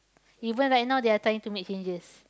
even right now they are trying to make changes